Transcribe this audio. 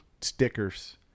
stickers